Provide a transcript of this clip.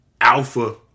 alpha